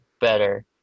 better